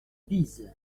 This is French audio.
bise